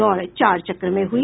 दौड़ चार चक्र में हुई